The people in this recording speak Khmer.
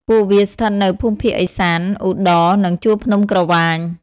ពួកវាស្ថិតនៅភូមិភាគឦសាន ឧត្តរ និងជួរភ្នំក្រវាញ។